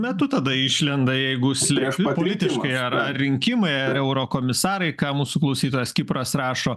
metu tada išlenda jeigu slėpt kritiškai ar rinkimai eurokomisarai ką mūsų klausytojas kipras rašo